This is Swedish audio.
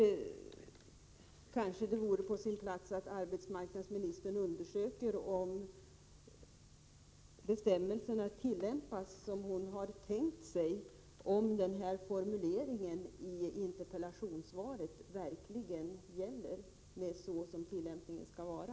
Det är således kanske på sin plats att arbetsmarknadsministern undersöker om bestämmelserna tillämpas på det sätt som hon har tänkt sig. Gäller alltså verkligen formuleringen i interpellationssvaret med tanke på hur tillämpningen faktiskt skall vara?